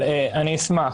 אני אשמח.